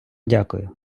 дякую